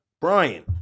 brian